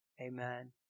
Amen